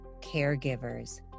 caregivers